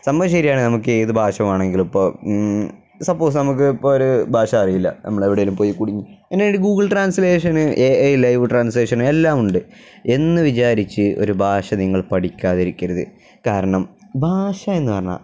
സംഭവം ശരിയാണ് നമുക്ക് ഏതു ഭാഷ വേണമെങ്കിലും ഇപ്പോല് സപ്പോസ് നമുക്കിപ്പോഴൊരു ഭാഷ അറിയില്ല നമ്മളഅ എവിടേലും പോയി കുടുങ്ങി Google translation A I live translation എല്ലാം ഉണ്ട് എന്നു വിചാരിച്ച് ഒരു ഭാഷ നിങ്ങൾ പഠിക്കാതിരിക്കരുത് കാരണം ഭാഷ എന്നു പറഞ്ഞാല്